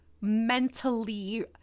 mentally